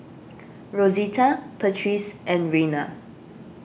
Rosita Patrice and Rena